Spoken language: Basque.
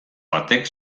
batek